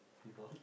FIFA